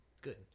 good